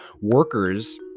workers